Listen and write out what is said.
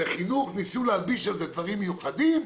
וחינוך ניסו להלביש על זה דברים מיוחדים,